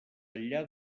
enllà